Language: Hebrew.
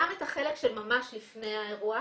גם את החלק שממש לפני האירוע,